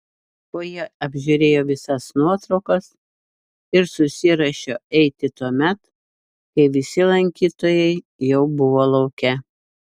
fojė apžiūrėjo visas nuotraukas ir susiruošė eiti tuomet kai visi lankytojai jau buvo lauke